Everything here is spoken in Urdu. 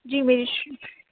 جی